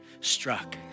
Struck